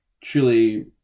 truly